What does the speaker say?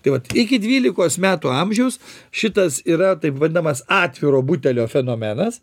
tai vat iki dvylikos metų amžiaus šitas yra taip vadinamas atviro butelio fenomenas